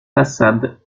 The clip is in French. façades